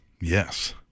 Yes